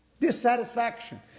dissatisfaction